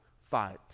fight